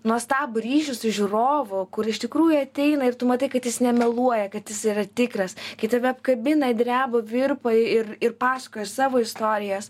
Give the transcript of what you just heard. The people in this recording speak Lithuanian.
nuostabų ryšį su žiūrovu kur iš tikrųjų ateina ir tu matai kad jis nemeluoja kad jis yra tikras kai tave apkabina dreba virpa ir ir pasakoja savo istorijas